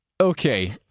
Okay